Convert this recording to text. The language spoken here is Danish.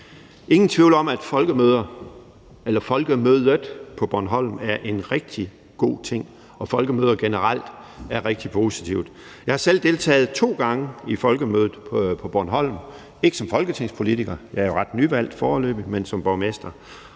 ingen tvivl om, at Folkemødet på Bornholm er en rigtig god ting, og at folkemøder generelt er rigtig positivt. Jeg har selv deltaget to gange i Folkemødet på Bornholm – ikke som folketingspolitiker, jeg er jo foreløbig ret nyvalgt, men som borgmester